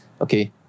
okay